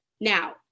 Now